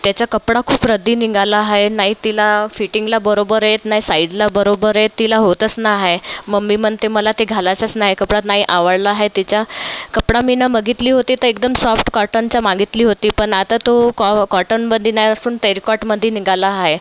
त्याचा कपडा खूप रद्दी निघाला आहे नाही तिला फिटींगला बरोबर येत नाही साईजला बरोबर येत तिला होतंच नाही आहे मम्मी म्हणते मला ते घालासच नाही कपडात नाही आवडला आहे तेचा कपडा मी ना मागितली होती तर एकदम सॉफ्ट कॉटनचा मागितली होती पण आता तो कॉ कॉटनमदी नाही असून टेरीकॉटमधे निघाला आहे